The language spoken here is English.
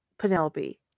Penelope